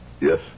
Yes